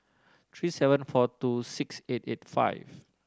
three seven four two six eight eight five